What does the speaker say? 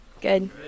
Good